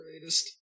greatest